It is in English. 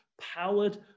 powered